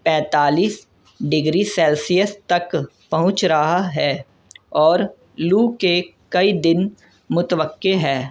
پینتالیس degree Celsius تک پہنچ رہا ہے اور لو کے کئی دن متوقع ہے